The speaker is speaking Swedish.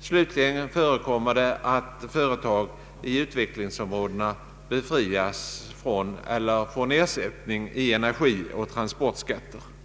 Slutligen förekommer det att företag i utvecklingsområdena befrias från eller får ersättning i energioch transportskatter.